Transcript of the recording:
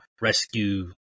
rescue